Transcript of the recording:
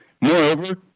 Moreover